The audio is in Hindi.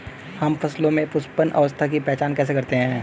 हम फसलों में पुष्पन अवस्था की पहचान कैसे करते हैं?